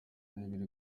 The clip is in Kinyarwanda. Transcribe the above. n’ibiri